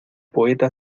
poeta